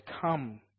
come